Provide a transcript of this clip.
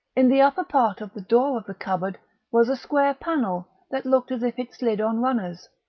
in the upper part of the door of the cupboard was a square panel that looked as if it slid on runners.